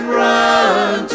run